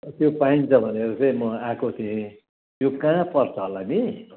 त्यो पाइन्छ भनेर चाहिँ म आएको थिएँ यो कहाँ पर्छ होला नि